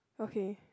okay